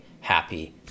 happy